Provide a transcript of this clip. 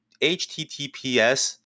https